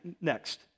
next